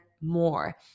more